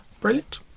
Brilliant